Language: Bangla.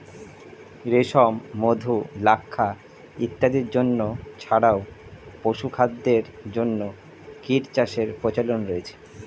রেশম, মধু, লাক্ষা ইত্যাদির জন্য ছাড়াও পশুখাদ্যের জন্য কীটচাষের প্রচলন রয়েছে